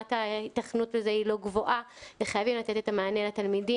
רמת ההיתכנות לזה היא לא גבוהה וחייבים לתת את המענה לתלמידים.